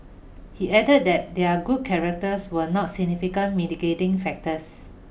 he added that their good characters were not significant mitigating factors